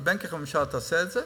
כי בטח הממשלה תעשה את זה.